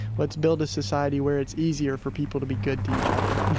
let's build a society where it's easier for people to be good to each other,